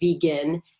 vegan